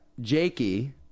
Jakey